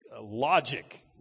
logic